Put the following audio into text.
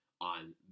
on